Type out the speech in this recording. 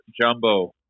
jumbo